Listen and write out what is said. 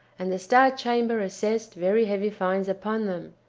and the star chamber assessed very heavy fines upon them.